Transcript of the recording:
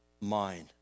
mind